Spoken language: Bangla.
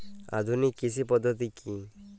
আধুনিক কৃষি পদ্ধতি কী?